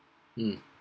mm